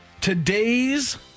today's